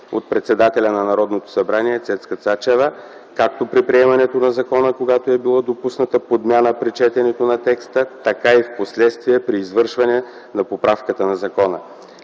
от председателя на Народното събрание Цецка Цачева, както при приемането на закона, когато е била допусната подмяна при четенето на текста, така и впоследствие, при извършване на поправката на закона.